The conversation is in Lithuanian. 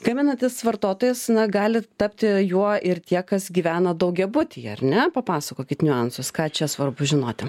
gaminantis vartotojas na gali tapti juo ir tie kas gyvena daugiabutyje ar ne papasakokit niuansus ką čia svarbu žinoti